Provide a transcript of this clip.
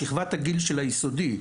בשכבת הגיל של היסודי,